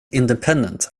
independent